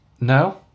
No